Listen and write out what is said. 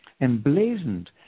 emblazoned